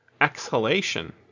exhalation